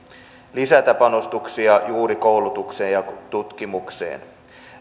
lisätä panostuksia juuri koulutukseen ja tutkimukseen